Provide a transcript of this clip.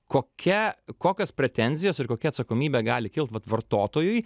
kokia kokios pretenzijos ir kokia atsakomybė gali kilt vat vartotojui